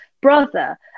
brother